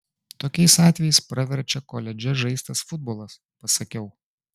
tokiais atvejais praverčia koledže žaistas futbolas pasakiau